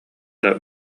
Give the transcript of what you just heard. эрэ